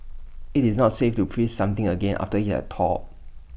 IT is not safe to freeze something again after IT has thawed